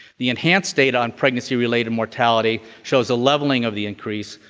the enhanced data on pregnancy-related mortality shows a leveling of the increase,